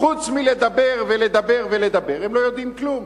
חוץ מלדבר ולדבר ולדבר הם לא יודעים כלום.